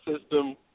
system